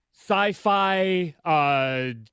sci-fi